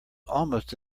almost